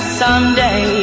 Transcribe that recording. someday